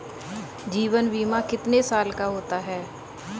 जीवन बीमा कितने साल का होता है?